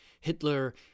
Hitler